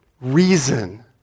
reason